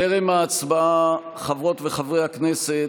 טרם ההצבעה, חברות וחברי הכנסת,